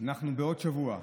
אנחנו בעוד שבוע,